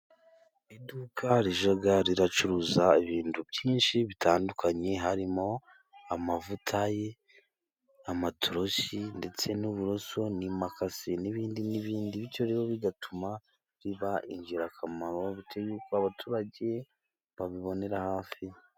Iduka rijya ricuruza ibintu byinshi bitandukanye harimo amavuta, amatoroshi ndetse n'uburoso n'imakasi n'ibindi n'ibindi. Bityo rero bigatuma riba ingirakamaro bitewe nuko abaturage babibonera hafi.